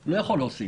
ואני לא יכול להוסיף.